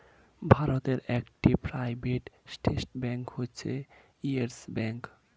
ভারতে একটি private sector bank হচ্ছে ইয়েস ব্যাঙ্ক